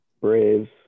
Braves